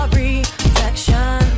reflection